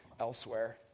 elsewhere